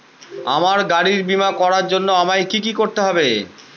আমার গাড়ির বীমা করার জন্য আমায় কি কী করতে হবে?